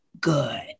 good